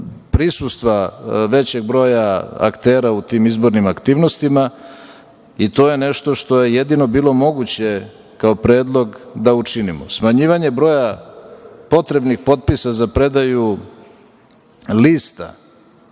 prisustva većeg broja aktera u tim izbornim aktivnostima i to je nešto što je jedino bilo moguće kao predlog da učinimo. Smanjivanje broja potrebnih potpisa za predaju lista